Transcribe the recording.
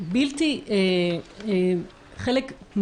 אני מסכימה איתך.